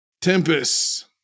Tempest